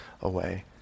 away